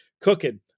cooking